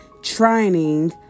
trining